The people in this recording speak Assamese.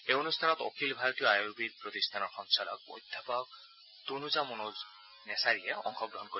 এই অনুষ্ঠানত অখিল ভাৰতীয় আয়ুৰ্বেদ প্ৰতিষ্ঠানৰ সঞ্চালক অধ্যাপক তনুজা মনোজ নেছাৰীয়ে অংশগ্ৰহণ কৰিব